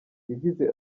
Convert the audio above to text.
yagize